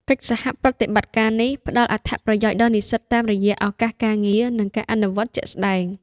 កិច្ចសហប្រតិបត្តិការនេះផ្តល់អត្ថប្រយោជន៍ដល់និស្សិតតាមរយៈ ឱកាសការងារ និងការអនុវត្តជាក់ស្តែង។